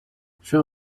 show